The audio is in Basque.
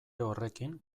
horrekin